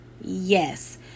Yes